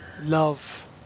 love